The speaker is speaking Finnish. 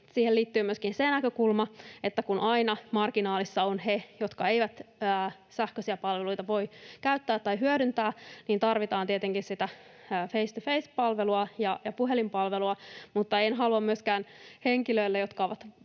Siihen liittyy myöskin se näkökulma, että kun aina marginaalissa ovat he, jotka eivät sähköisiä palveluja voi käyttää tai hyödyntää, niin tarvitaan tietenkin face-to-face-palvelua ja puhelinpalvelua. Mutta en halua myöskään henkilöille, jotka ovat